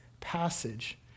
passage